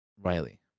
Riley